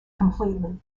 completely